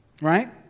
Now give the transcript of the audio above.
Right